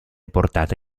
portata